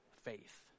faith